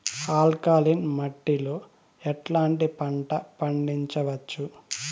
Alkaline మట్టి లో ఎట్లాంటి పంట పండించవచ్చు,?